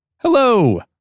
Hello